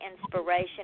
inspiration